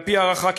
על-פי הערכה,